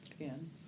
again